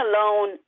alone